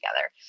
together